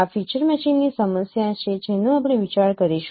આ ફીચર મેચિંગની સમસ્યા છે જેનો આપણે વિચાર કરીશું